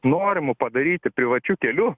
norimų padaryti privačiu keliu